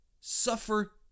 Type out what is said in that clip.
suffer